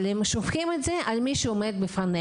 אבל הם שופכים את זה על מי שעומד בפניהם.